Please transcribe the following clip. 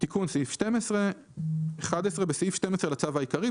"תיקון סעיף 12 11. בסעיף 12 לצו העיקרי,